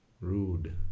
rude